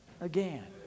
Again